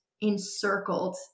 encircled